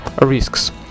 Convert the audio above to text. risks